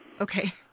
Okay